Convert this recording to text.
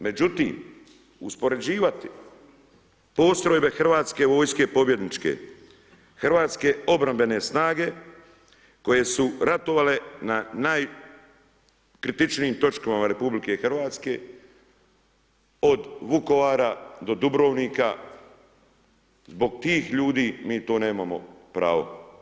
Međutim, uspoređivati postrojbe Hrvatske vojske pobjedničke, hrvatske obrambene snage koje su ratovale na najkritičnijim točkama RH od Vukovara do Dubrovnika, zbog tih ljudi mi to nemamo pravo.